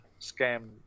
scam